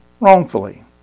wrongfully